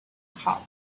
house